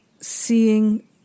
seeing